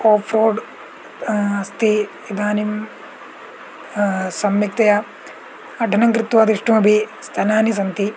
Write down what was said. afford अस्ति इदानीं सम्यक्तया अटनं कृत्वा दृष्टुमपि स्थलानि सन्ति